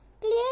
clear